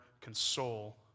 console